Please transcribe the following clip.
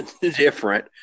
different